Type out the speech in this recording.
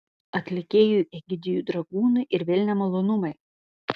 atlikėjui egidijui dragūnui ir vėl nemalonumai